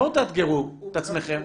בואו תאתגרו את עצמכם.